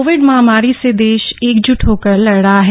Covid महामारी से देश एकज्ट होकर लड़ रहा है